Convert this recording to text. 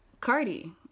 cardi